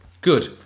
Good